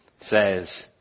says